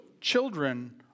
children